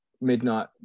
Midnight